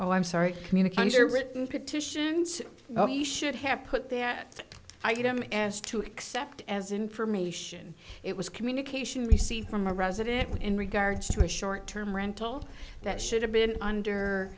oh i'm sorry communications are written petitions oh he should have put there item as to accept as information it was communication received from a resident in regards to a short term rental that should have been under